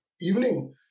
evening